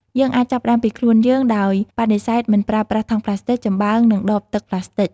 យើងអាចចាប់ផ្តើមពីខ្លួនយើង ដោយបដិសេធមិនប្រើប្រាស់ថង់ប្លាស្ទិក ចំបើង និងដបទឹកប្លាស្ទិក។